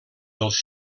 dels